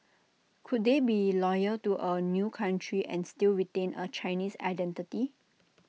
could they be loyal to A new country and still retain A Chinese identity